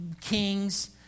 kings